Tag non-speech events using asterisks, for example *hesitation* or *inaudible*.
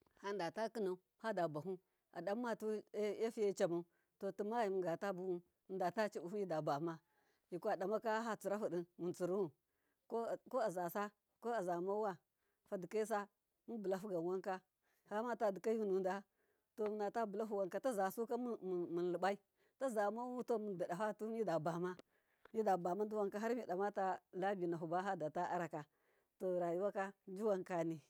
Fadatakinau hababahu adammatu efiyecamau to timai mungata buwun mundata cibuhu midabama mikwa maka fatsirahudi muntsiriwun, *hesitation* koazasu ko aamauwa fadika samunbullahu ganwanka famata dikayunuda? Tomunato bullahuwanka tazasu muntlibai tazamau mundadafatu midabama diwanka harmidamata labinahu bafata araka to rayuwa jiwankani.